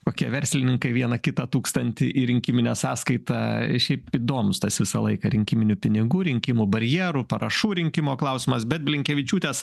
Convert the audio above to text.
kokie verslininkai vieną kitą tūkstantį į rinkiminę sąskaitą šiaip įdomus tas visą laiką rinkiminių pinigų rinkimų barjerų parašų rinkimo klausimas bet blinkevičiūtės